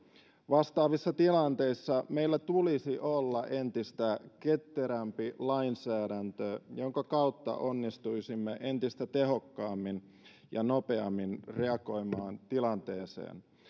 vastaavissa tilanteissa meillä tulisi olla entistä ketterämpi lainsäädäntö jonka kautta onnistuisimme entistä tehokkaammin ja nopeammin reagoimaan tilanteeseen